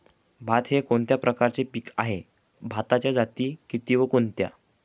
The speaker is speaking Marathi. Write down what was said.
भात हे कोणत्या प्रकारचे पीक आहे? भाताच्या जाती किती व कोणत्या?